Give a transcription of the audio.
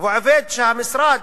ועובד שהמשרד,